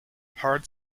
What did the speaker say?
hard